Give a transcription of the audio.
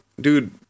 dude